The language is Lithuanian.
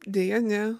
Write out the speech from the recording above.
deja ne